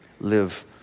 live